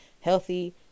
healthy